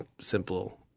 simple